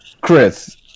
Chris